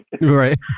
right